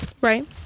right